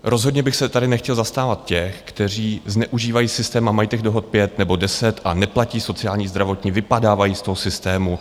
Rozhodně bych se tady nechtěl zastávat těch, kteří zneužívají systém a mají těch dohod pět nebo deset a neplatí sociální, zdravotní, vypadávají z toho systému.